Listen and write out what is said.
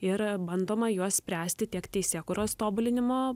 ir bandoma juos spręsti tiek teisėkūros tobulinimo